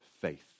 faith